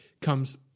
comes